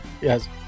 Yes